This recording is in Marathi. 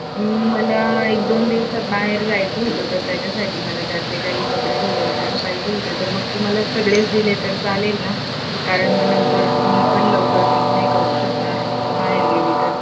मला एक दोन दिवसात बाहेर जायचं होतं तर त्याच्यासाठी मला त्यातले काही कपडे थोडे अर्जंट पाहिजे होते तर मग तुम्हाला सगळेच दिले तर चालेल ना कारण मग नंतर मी पण लवकर पीक नाही करू शकनार मी बाहेर गेली तर